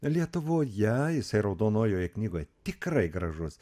lietuvoje jisai raudonojoje knygoje tikrai gražus